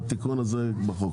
פה.